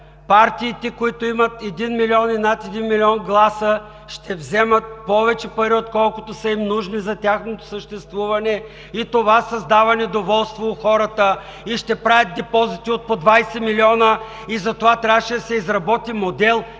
партиите, които имат 1 милион и над 1 милион гласа, ще вземат повече пари, отколкото са им нужни за тяхното съществуване, и това създава недоволство у хората, и ще правят депозити от по 20 милиона! Затова трябваше да се изработи модел